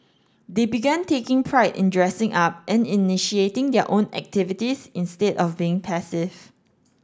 they began taking pride in dressing up and initiating their own activities instead of being passive